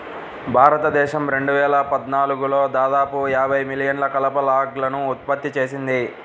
భారతదేశం రెండు వేల పద్నాలుగులో దాదాపు యాభై మిలియన్ల కలప లాగ్లను ఉత్పత్తి చేసింది